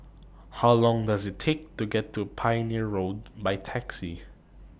How Long Does IT Take to get to Pioneer Road By Taxi